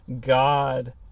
God